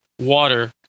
water